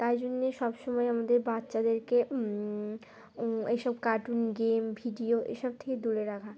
তাই জন্যে সব সমময় আমাদের বাচ্চাদেরকে এইসব কার্টুন গেম ভিডিও এসব থেকে দূরে রাখা